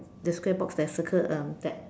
the square box that is circled um Ted